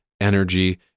energy